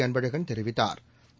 Anbazhagan தெரிவித்தா்